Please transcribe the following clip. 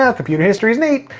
ah computer history's neat.